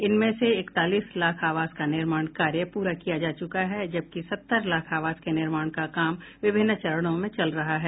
इनमें से इकतालीस लाख आवास का निर्माण कार्य प्ररा किया जा चुका है जबकि सत्तर लाख आवास के निर्माण का काम विभिन्न चरणों में चल रहा है